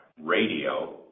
radio